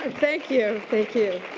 ah thank you, thank you.